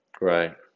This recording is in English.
Right